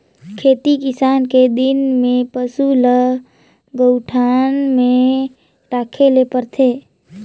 खेती किसानी के दिन में पसू ल गऊठान में राखे ले परथे